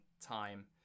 time